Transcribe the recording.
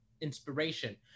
inspiration